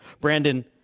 Brandon